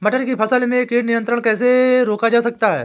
मटर की फसल में कीट संक्रमण कैसे रोका जा सकता है?